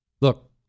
Look